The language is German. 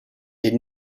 den